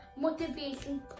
Motivation